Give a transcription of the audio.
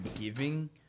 giving